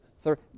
third